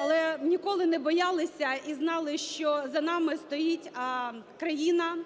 але ніколи не боялися і знали, що за нами стоїть країна,